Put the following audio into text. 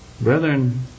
Brethren